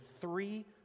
three